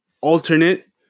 alternate